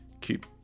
keep